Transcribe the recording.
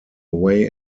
away